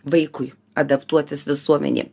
vaikui adaptuotis visuomenė